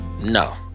No